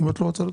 את לא רוצה?